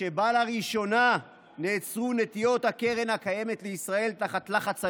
שבה לראשונה נעצרו נטיעות הקרן הקיימת לישראל תחת לחץ אלים,